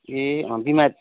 ए अँ बिमार